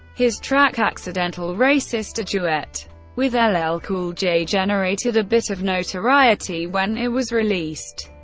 his track accidental racist, a duet with ah ll ah ll cool j generated a bit of notoriety when it was released.